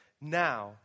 now